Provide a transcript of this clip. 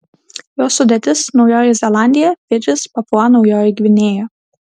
jos sudėtis naujoji zelandija fidžis papua naujoji gvinėja